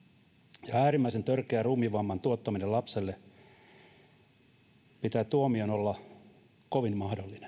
pahoinpitely ja äärimmäisen törkeä ruumiinvamman tuottaminen lapselle pitää tuomion olla kovin mahdollinen